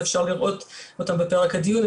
ואפשר לראות אותן בפרק הדיון,